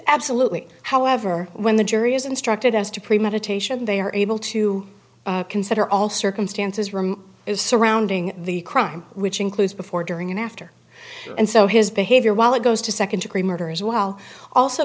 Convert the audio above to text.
absolutely however when the jury is instructed as to premeditation they are able to consider all circumstances rim is surrounding the crime which includes before during and after and so his behavior while it goes to second degree murder as well also